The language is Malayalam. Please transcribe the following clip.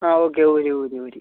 ആ ഓക്കെ ഊരി ഊരി ഊരി